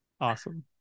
awesome